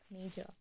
major